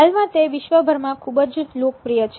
હાલમાં તે વિશ્વભરમાં ખૂબ જ લોકપ્રિય છે